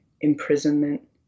imprisonment